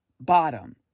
bottom